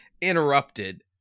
interrupted